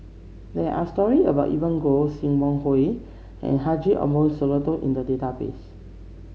there are story about Evelyn Goh Sim Wong Hoo and Haji Ambo Sooloh in the database